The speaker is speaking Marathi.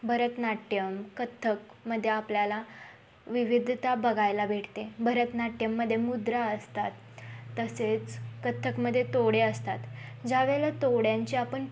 भरतनाट्यम कथ्थकमध्ये आपल्याला विविधता बघायला भेटते भरतनाट्यममध्ये मुद्रा असतात तसेच कथ्थकमध्ये तोडे असतात ज्यावेळेला तोड्यांचे आपण